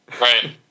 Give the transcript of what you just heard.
Right